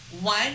One